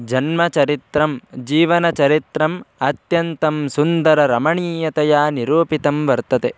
जन्मचरित्रं जीवनचरित्रम् अत्यन्तं सुन्दररमणीयतया निरूपितं वर्तते